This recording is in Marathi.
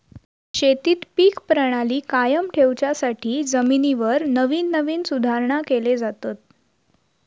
शेतीत पीक प्रणाली कायम ठेवच्यासाठी जमिनीवर नवीन नवीन सुधारणा केले जातत